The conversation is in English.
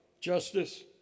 justice